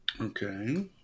Okay